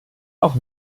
auch